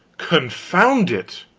confound it,